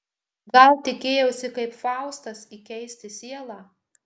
gal tikėjausi kaip faustas įkeisti sielą